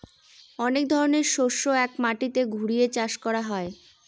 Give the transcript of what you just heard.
অনেক ধরনের শস্য এক মাটিতে ঘুরিয়ে চাষ করা হয়